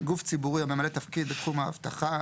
גוף ציבורי הממלא תפקיד בתחום האבטחה,